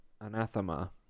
anathema